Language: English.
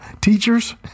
Teachers